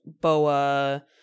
Boa